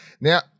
now